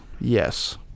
yes